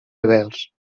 rebels